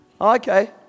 okay